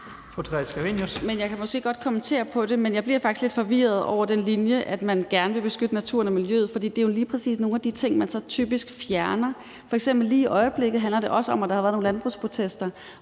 Jeg kan måske godt kommentere på det, men jeg bliver faktisk lidt forvirret over den linje, at man gerne vil beskytte naturen og miljøet, for det er jo lige præcis nogle af de ting, man så typisk fjerner. F.eks. handler det lige i øjeblikket også om, at der har været nogle landbrugsprotester,